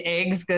Eggs